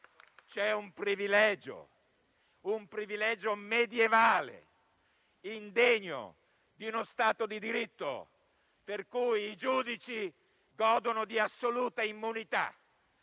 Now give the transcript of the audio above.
c'è un privilegio medievale, indegno di uno Stato di diritto, per cui i giudici godono di assoluta immunità: